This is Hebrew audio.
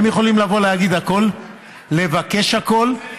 הם יכולים לבוא להגיד הכול, לבקש הכול,